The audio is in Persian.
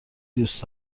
دوست